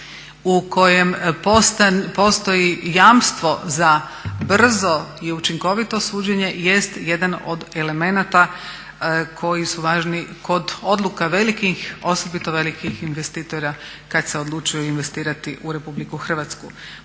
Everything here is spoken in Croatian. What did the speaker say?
u kojem postoji jamstvo za brzo i učinkovito suđenje jest jedan od elemenata koji su važni kod odluka velikih, osobito velikih investitora kada se odlučuju investirati u Republiku Hrvatsku.